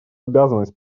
обязанность